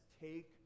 take